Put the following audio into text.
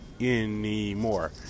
anymore